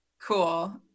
Cool